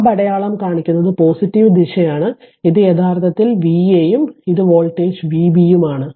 അമ്പടയാളം കാണിക്കുന്നത് പോസിറ്റീവ് ദിശ ആണ് ഇത് യഥാർത്ഥത്തിൽ Va ഉം ഈ വോൾട്ടേജ് ഇത് r Vb ഉം ആണ്